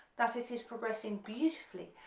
that it is progressing beautifully.